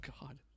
God